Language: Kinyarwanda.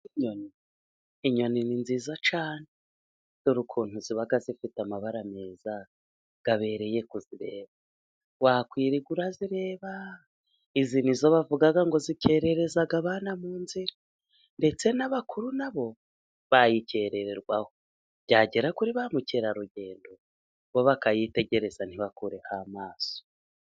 Inyoni ni nziza cyane. Dore ukuntu ziba zifite amabara meza abereye kuzireba！ Wakwirirwa urazireba， izi nizo bavuga ngo zikereza abana mu nzira，ndetse n'abakuru nabo bayikererwaho， byagera kuri ba mukerarugendo bo bakayitegereza， ntibakureho amaso.